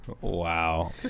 Wow